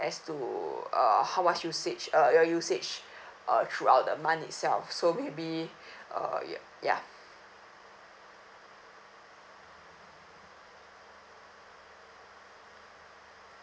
as to uh how much usage uh your usage uh throughout the month itself so maybe uh y~ ya